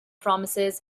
promises